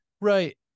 right